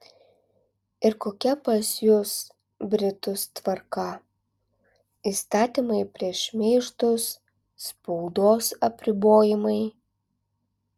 ir kokia pas jus britus tvarka įstatymai prieš šmeižtus spaudos apribojimai